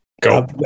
Go